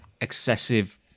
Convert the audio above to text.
excessive